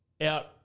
Out